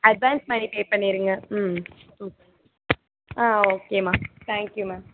அட்வான்ஸ்மாதிரி pay பண்ணிருங்க ம் ஓக் ஆ ஓகேம்மா தேங்க் யூம்மா